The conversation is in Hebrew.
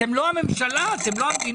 אתם לא הממשלה, אתם לא המדינה.